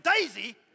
daisy